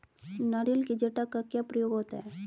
नारियल की जटा का क्या प्रयोग होता है?